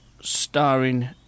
starring